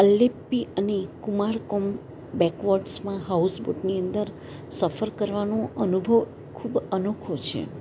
અલિપિ અને કુમાર કોમ બેકવોટર્સમાં હાઉસબોટની અંદર સફર કરવાનું અનુભવ ખૂબ અનોખો છે